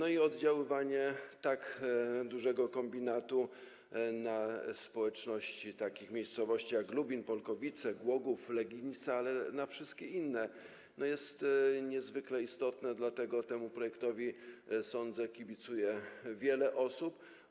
Oddziaływanie tak dużego kombinatu na społeczności takich miejscowości jak Lubin, Polkowice, Głogów, Legnica, ale też na wszystkie inne, jest niezwykle istotne, dlatego temu projektowi, jak sądzę, kibicuje wiele osób.